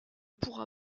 pourra